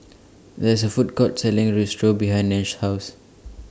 There IS A Food Court Selling Risotto behind Nash's House